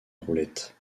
roulette